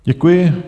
Děkuji.